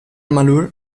malur